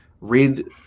read